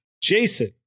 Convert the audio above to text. Jason